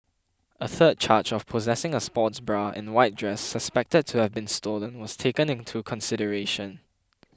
a third charge of possessing a sports bra and white dress suspected to have been stolen was taken into consideration